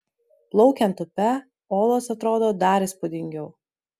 plaukiant upe olos atrodo dar įspūdingiau